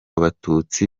abatutsi